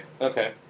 okay